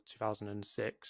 2006